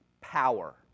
power